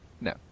no